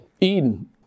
Eden